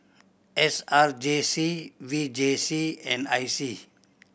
S R J C V J C and I C